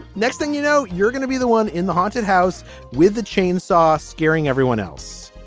next thing you know you're gonna be the one in the haunted house with the chainsaw scaring everyone else.